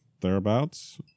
Thereabouts